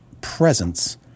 presence